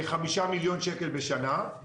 כ-5 מיליון שקל בשנה.